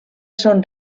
són